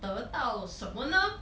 得到什么呢